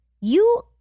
you-